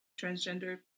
transgender